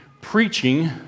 preaching